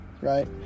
right